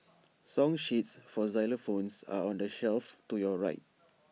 song sheets for xylophones are on the shelf to your right